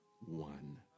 one